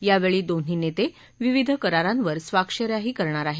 यावेळी दोन्ही नेते विविध करारांवर स्वाक्षऱ्याही करणार आहेत